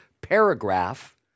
paragraph